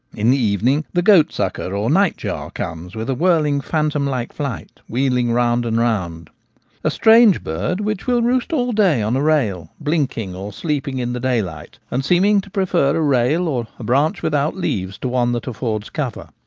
in the evening the goat-sucker or nightjar comes with a whirling phantom-like flight, wheeling round and round a strange bird, which will roost all day on a rail, blinking or sleeping in the daylight, and seeming to prefer a rail or a branch without leaves to one that affords cover.